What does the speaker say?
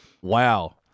Wow